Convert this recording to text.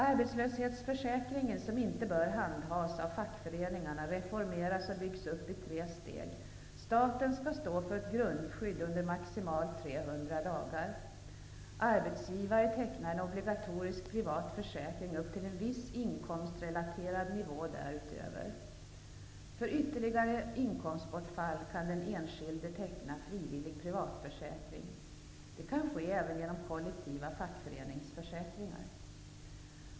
Arbetslöshetsförsäkringen, som inte bör handhas av fackföreningarna, reformeras och byggs upp i tre steg. Staten skall stå för ett grundskydd under maximalt 300 dagar. Arbetsgivare tecknar en obligatorisk privat försäkring upp till en viss inkomstrelaterad nivå därutöver. För ytterligare inkomstbortfall kan den enskilde teckna frivillig privatförsäkring. Det kan ske även genom kollektiva fackföreningsförsäkringar.